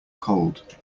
cold